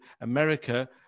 America